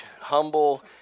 humble